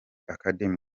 academy